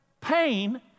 pain